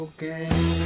Okay